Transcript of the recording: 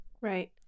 Right